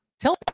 tell